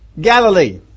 Galilee